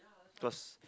cause